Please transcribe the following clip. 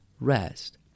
rest